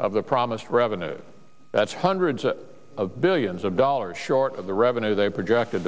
of the promised revenues that's hundreds of billions of dollars short of the revenue they projected